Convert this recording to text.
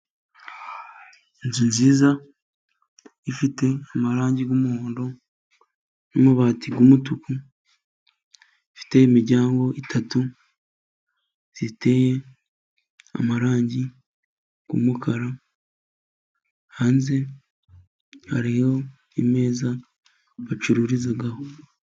Inzu nziza ifite amarangi y'umuhondo n'amabati y'umutuku. Ifite imiryango itatu iteye amarangi y'umukara hanze hariyo ameza bacururizaho.